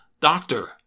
Doctor